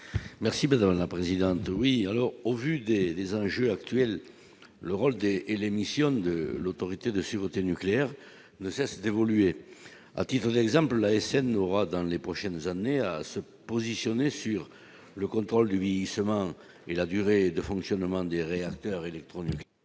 Merci madame la présidente, oui, alors au vu des des enjeux actuels le rôle d'et et les missions de l'Autorité de sûreté nucléaire ne cesse d'évoluer à titre d'exemple, l'ASN n'aura dans les prochaines années à se positionner sur le contrôle lui seulement et la durée de fonctionnement des réacteurs électronique.